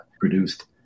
produced